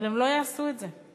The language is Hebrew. אבל הן לא יעשו את זה.